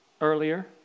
earlier